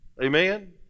Amen